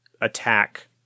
attack